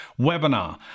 webinar